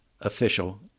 official